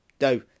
No